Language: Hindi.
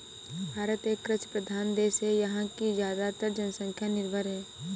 भारत एक कृषि प्रधान देश है यहाँ की ज़्यादातर जनसंख्या निर्भर है